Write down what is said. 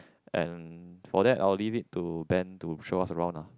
and for that I'll leave it to Ben to show us around ah